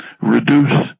reduce